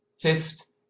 fifth